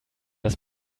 das